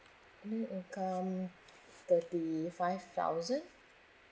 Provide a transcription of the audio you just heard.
annual income thirty five thousand